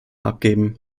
abgeben